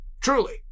Truly